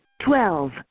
Twelve